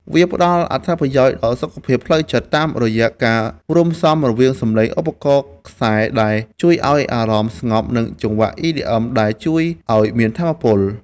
វាផ្ដល់អត្ថប្រយោជន៍ដល់សុខភាពផ្លូវចិត្ត តាមរយៈការរួមផ្សំរវាងសំឡេងឧបករណ៍ខ្សែដែលជួយឱ្យអារម្មណ៍ស្ងប់ និងចង្វាក់ EDM ដែលជួយឱ្យមានថាមពល។